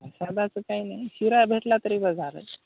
सादाचं काही नाही शिरा भेटला तरी बस झालं आहे